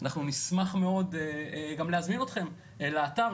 אנחנו נשמח מאוד גם להזמין אתכם לאתר.